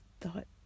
thought